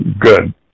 Good